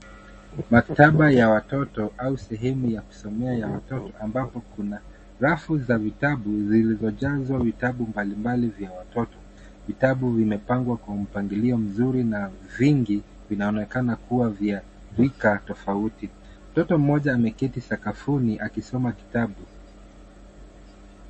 Maktaba ya watoto au sehemu ya kusomea ya watoto ambapo kuna rafu za vitabu zilizojazwa vitabu mbalimbali vya watoto , vitabu vimepangwa kwa mpangilio mzuri na vingi vinaonekana kuwa vya rika tofauti. Mtoto mmoja ameketi sakafuni akisoma kitabu.